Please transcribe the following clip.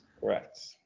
Correct